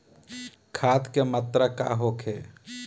खाध के मात्रा का होखे?